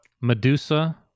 Medusa